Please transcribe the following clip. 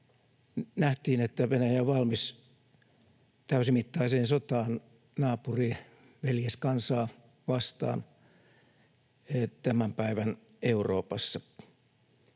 Nähtiin, että Venäjä on valmis täysimittaiseen sotaan naapuriveljeskansaa vastaan tämän päivän Euroopassa.